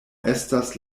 estas